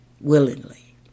Willingly